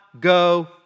go